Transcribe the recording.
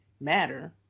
matter